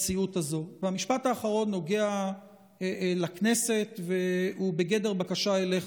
המשפט האחרון נוגע לכנסת והוא בגדר בקשה אליך,